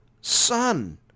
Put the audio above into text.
Son